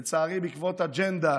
לצערי, בעקבות אג'נדה